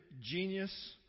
genius